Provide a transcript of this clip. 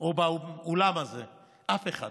או באולם הזה אף אחד